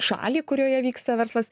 šalį kurioje vyksta verslas